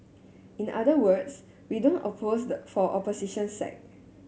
in the other words we don't oppose the for opposition's sake